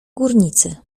górnicy